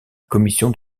commission